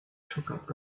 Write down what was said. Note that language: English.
took